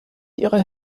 ihrer